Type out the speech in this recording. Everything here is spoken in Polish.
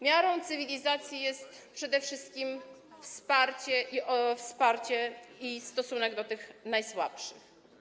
Miarą cywilizacji jest przede wszystkim wsparcie i stosunek do tych najsłabszych.